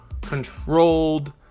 controlled